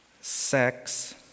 sex